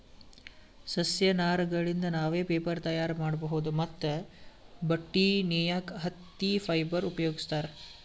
ಸಸ್ಯ ನಾರಗಳಿಂದ್ ನಾವ್ ಪೇಪರ್ ತಯಾರ್ ಮಾಡ್ಬಹುದ್ ಮತ್ತ್ ಬಟ್ಟಿ ನೇಯಕ್ ಹತ್ತಿ ಫೈಬರ್ ಉಪಯೋಗಿಸ್ತಾರ್